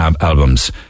albums